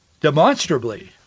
demonstrably